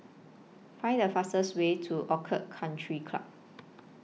Find The fastest Way to Orchid Country Club